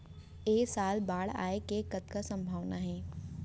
ऐ साल बाढ़ आय के कतका संभावना हे?